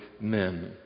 men